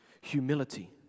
humility